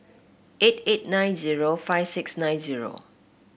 eight eight nine zero five six nine zero